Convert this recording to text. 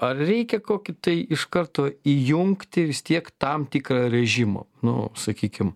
ar reikia kokį tai iš karto įjungti vis tiek tam tikrą režimą nu sakykim